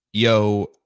yo